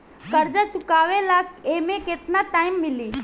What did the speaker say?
कर्जा चुकावे ला एमे केतना टाइम मिली?